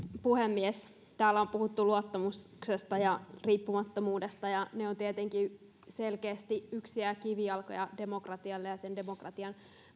puhemies täällä on puhuttu luottamuksesta ja riippumattomuudesta ja ne ovat tietenkin selkeästi yksi kivijalka demokratialle ja sen demokratian